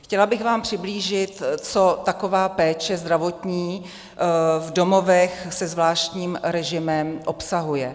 Chtěla bych vám přiblížit, co taková zdravotní péče v domovech se zvláštním režimem obsahuje.